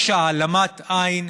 יש העלמת עין,